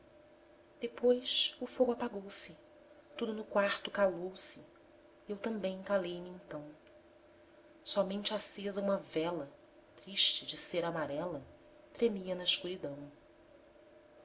depois o fogo apagou-se tudo no quarto calou-se e eu também calei-me então somente acesa uma vela triste de cera amarela tremia na escuridão